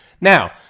Now